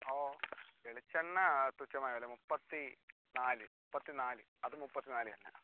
ഓ വെളിച്ചെണ്ണ തുച്ഛമായ വില മുപ്പത്തി നാല് മുപ്പത്തി നാല് അത് മുപ്പത്തി നാല് തന്നെ